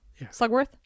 Slugworth